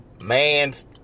man's